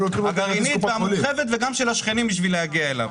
הגרעינית והמורחבת וגם של השכנים בשביל להגיע אליו.